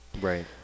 Right